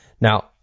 now